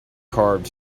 carved